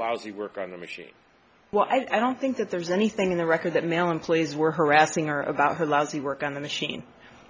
lousy work on the machine well i don't think that there's anything in the record that mallon plays were harassing her about her lousy work on the machine